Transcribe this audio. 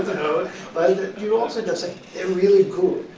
but you also just think, they're really good.